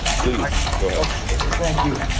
please, go ahead. okay, thank you.